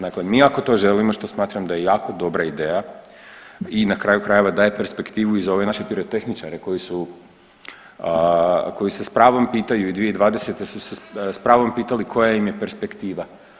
Dakle, mi ako to želimo što smatram da je jako dobra ideja i na kraju krajeva daje perspektivu i za ove naše pirotehničare koji su, koji se s pravom pitanju i 2020. su se s pravom pitali koja im je perspektiva.